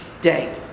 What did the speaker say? day